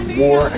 war